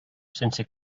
sense